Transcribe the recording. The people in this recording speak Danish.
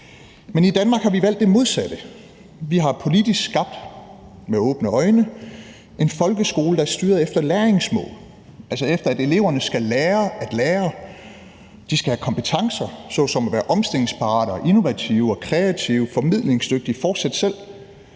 Men i Danmark har vi valgt det modsatte. Vi har politisk skabt, med åbne øjne, en folkeskole, der er styret efter læringsmål, altså efter, at eleverne skal lære at lære. De skal have kompetencer såsom at være omstillingsparate, innovative, kreative, formidlingsdygtige – fortsæt selv